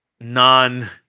non